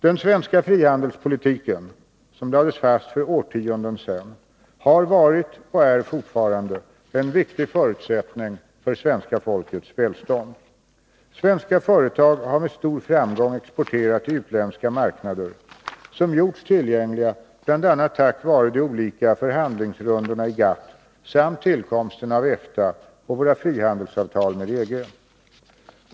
Den svenska frihandelspolitiken, som lades fast för årtionden sedan, har varit och är fortfarande en viktig förutsättning för det svenska folkets välstånd. Svenska marknader har gjorts tillgängliga bl.a. tack var de olika förhandlingsrundorna i GATT samt tillkomsten av EFTA och våra frihandelsavtal med EG.